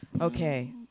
Okay